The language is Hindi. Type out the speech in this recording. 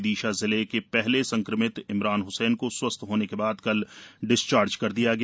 विदिशा जिले के पहले संक्रमित इमरान ह्सैन को स्वस्थ होने के बाद कल डिस्चार्ज कर दिया गया